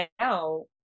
now